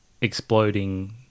exploding